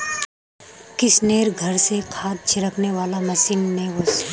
किशनेर घर स खाद छिड़कने वाला मशीन ने वोस